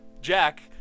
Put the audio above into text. Jack